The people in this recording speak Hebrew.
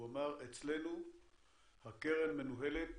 הוא אמר שאצלם הקרן מנוהלת